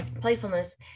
playfulness